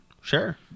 sure